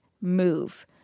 move